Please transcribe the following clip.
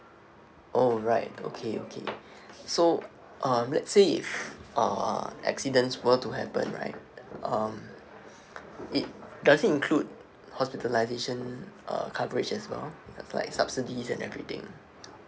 oh right okay okay so um let's say if uh accidents were to happen right um it does it include hospitalisation uh coverage as well like subsidies and everything